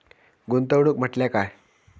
गुंतवणूक म्हटल्या काय?